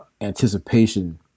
anticipation